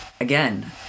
Again